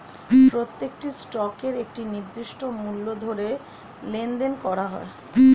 প্রত্যেকটি স্টকের একটি নির্দিষ্ট মূল্য ধরে লেনদেন করা হয়